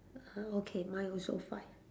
uh okay mine also five